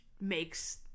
makes